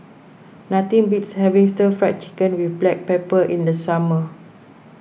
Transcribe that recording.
nothing beats having Stir Fried Chicken with Black Pepper in the summer